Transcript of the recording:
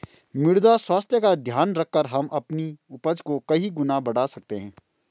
मृदा स्वास्थ्य का ध्यान रखकर हम अपनी उपज को कई गुना बढ़ा सकते हैं